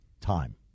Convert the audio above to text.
time